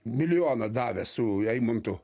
milijoną davė su eimuntu